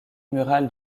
murales